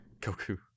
Goku